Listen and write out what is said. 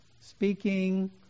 speaking